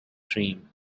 dream